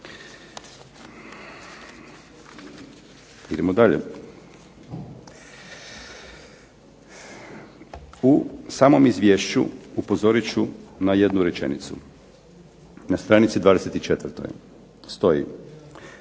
Idemo dalje. U samom izvješću upozorit ću na jednu rečenicu. Na stranici 24. stoji,